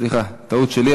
סליחה, טעות שלי.